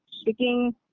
speaking